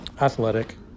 athletic